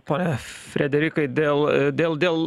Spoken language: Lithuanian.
pone frederikai dėl dėl del